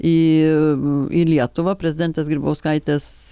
į į lietuvą prezidentės grybauskaitės